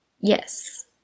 Yes